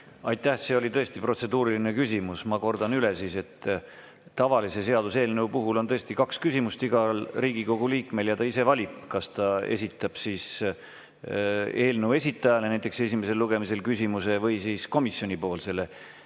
Aitäh! See oli tõesti protseduuriline küsimus. Ma kordan siis üle, et tavalise seaduseelnõu puhul on tõesti kaks küsimust igal Riigikogu liikmel ja ta ise valib, kas ta esitab eelnõu esitajale näiteks esimesel lugemisel küsimuse või komisjoni